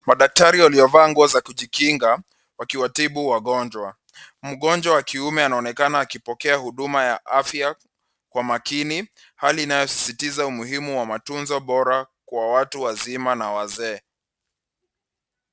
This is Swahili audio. Madaktari waliovaa nguo za kujikinga wakiwatibu wagonjwa. Mgonjwa wa kiume anaonekana akipokea huduma ya afya kwa makini. Hali inayosisitiza umuhimu wa matunzo bora kwa watu wazima na wazee.